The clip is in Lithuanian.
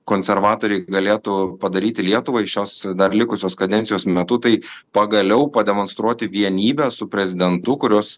konservatoriai galėtų padaryti lietuvai šios dar likusios kadencijos metu tai pagaliau pademonstruoti vienybę su prezidentu kuris